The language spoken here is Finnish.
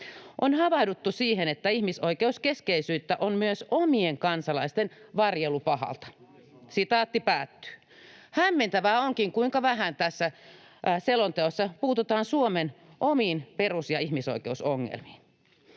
"On havahduttu siihen, että ihmisoikeuskeskeisyyttä on myös omien kansalaisten varjelu pahalta.” Hämmentävää onkin, kuinka vähän tässä selonteossa puututaan Suomen omiin perus‑ ja ihmisoikeusongelmiin.